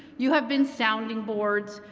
you have been sounding boards,